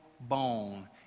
bone